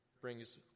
brings